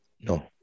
No